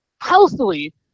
healthily –